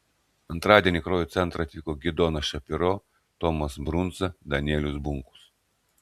antradienį į kraujo centrą atvyko gidonas šapiro tomas brundza danielius bunkus